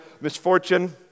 misfortune